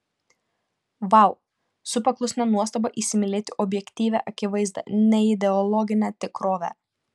vau su paklusnia nuostaba įsimylėti objektyvią akivaizdą neideologinę tikrovę